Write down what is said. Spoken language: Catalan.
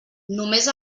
només